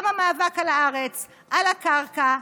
גם המאבק על הארץ, על הקרקע,